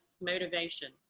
motivation